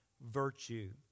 virtue